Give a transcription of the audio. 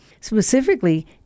Specifically